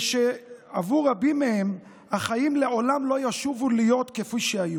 ושעבור רבים מהם החיים לעולם לא ישובו להיות כפי שהיו.